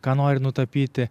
ką nori nutapyti